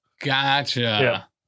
Gotcha